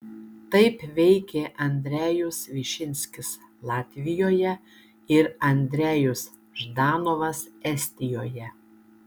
taip veikė andrejus višinskis latvijoje ir andrejus ždanovas estijoje